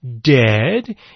dead